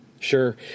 Sure